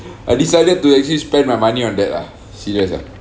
I decided to actually spend my money on that lah serious lah